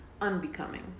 unbecoming